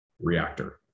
reactor